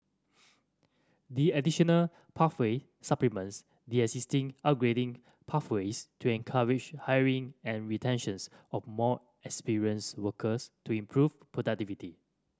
the additional pathway supplements the existing upgrading pathways to encourage hiring and retentions of more experienced workers to improve productivity